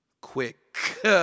quick